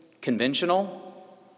conventional